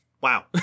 Wow